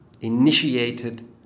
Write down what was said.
initiated